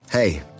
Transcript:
Hey